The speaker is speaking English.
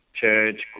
church